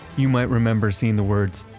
you might remember seeing the words,